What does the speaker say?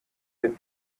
den